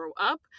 up